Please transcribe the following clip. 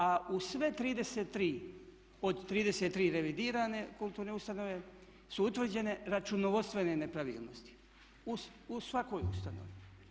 A u sve 33 od 33 revidirane kulturne ustanove su utvrđene računovodstvene nepravilnosti, u svakoj ustanovi.